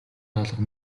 хаалга